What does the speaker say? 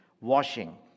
washing